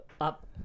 up